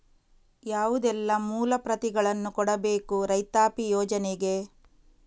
ಯಾವುದೆಲ್ಲ ಮೂಲ ಪ್ರತಿಗಳನ್ನು ಕೊಡಬೇಕು ರೈತಾಪಿ ಯೋಜನೆಗೆ?